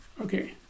Okay